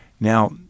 Now